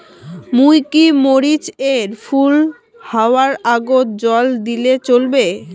মুই কি মরিচ এর ফুল হাওয়ার আগত জল দিলে চলবে?